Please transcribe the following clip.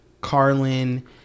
Carlin